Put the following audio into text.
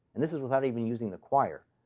and this is without even using the quire.